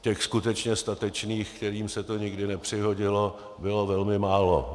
Těch skutečně statečných, kterým se to nikdy nepřihodilo, bylo velmi málo.